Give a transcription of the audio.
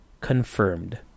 confirmed